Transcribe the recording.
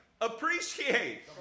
appreciate